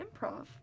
improv